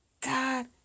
God